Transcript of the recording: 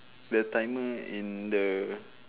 the timer in the